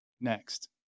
next